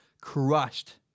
crushed